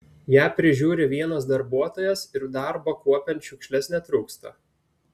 ją prižiūri vienas darbuotojas ir darbo kuopiant šiukšles netrūksta